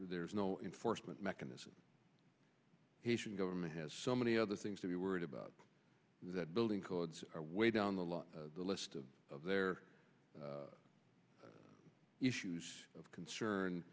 there's no inforced mechanism haitian government has so many other things to be worried about that building codes are way down the line the list of of their issues of concern